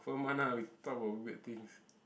for a month lah we talk about weird things